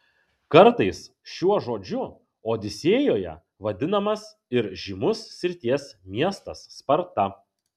kartais šiuo žodžiu odisėjoje vadinamas ir žymus srities miestas sparta